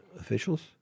officials